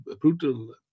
brutal